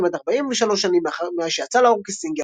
כמעט 43 שנים מאז שיצא לאור כסינגל,